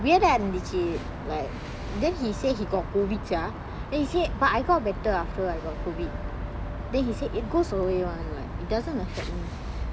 weired ah இருந்துச்சி:irundichi like then he say he got COVID ah then he say but I got better after I got COVID then he say it goes away one like it doesn't affect me